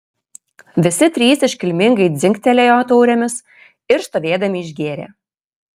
visi trys iškilmingai dzingtelėjo taurėmis ir stovėdami išgėrė